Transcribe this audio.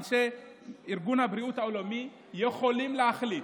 אנשי ארגון הבריאות העולמי יכולים להחליט,